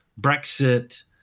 brexit